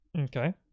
Okay